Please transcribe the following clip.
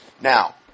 Now